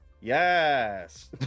yes